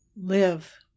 live